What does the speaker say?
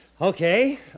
Okay